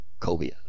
cobia